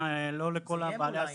לא לכל בעלי העסקים.